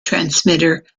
transmitter